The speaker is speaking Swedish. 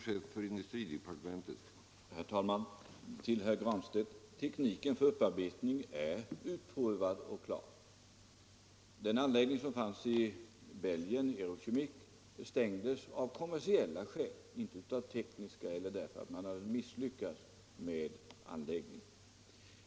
Herr talman! Till herr Granstedt: Tekniken för upparbetning är utprovad och klar. Den anläggning som fanns i Belgien, Eurochemic, stängdes av kommersiella skäl, således inte av tekniska skäl eller för att man misslyckats med anläggningen.